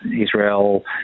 Israel